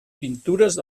pintures